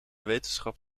wetenschap